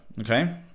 Okay